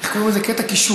אנחנו קוראים לזה קטע קישור.